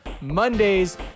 Mondays